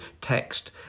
text